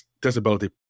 disability